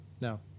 No